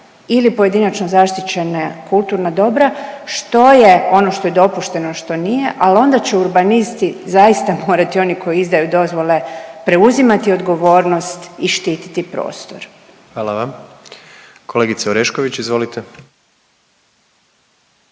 ili pojedinačno zaštićene kulturna dobra što je ono što je dopušteno što nije, ali onda će urbanisti zaista morati oni koji izdaju dozvole preuzimati odgovornost i štititi prostor. **Jandroković, Gordan